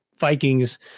Vikings